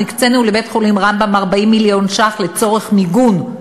אנחנו הקצינו לבית-החולים רמב"ם 40 מיליון ש"ח לצורך מיגון,